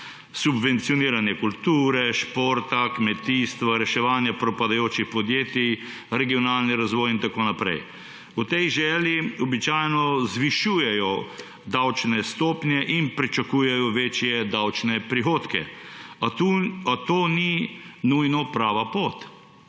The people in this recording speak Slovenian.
subvencioniranje kulture, športa, kmetijstva, reševanja propadajočih podjetij, regionalni razvoj in tako naprej. V tej želji običajno zvišujejo davčne stopnje in pričakujejo večje davčne prihodke, a to ni nujno prava pot.